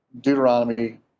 Deuteronomy